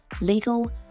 legal